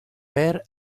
per